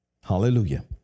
Hallelujah